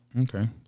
Okay